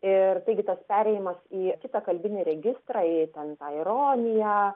ir taigi tas perėjimas į kitą kalbinį registrą į ten tą ironiją